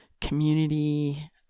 Community